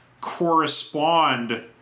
correspond